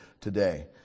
today